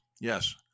yes